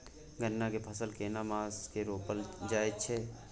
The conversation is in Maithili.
गन्ना के फसल केना मास मे रोपल जायत छै?